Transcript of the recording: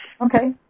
Okay